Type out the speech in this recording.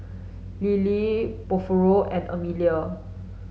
Lettie Porfirio and Amelia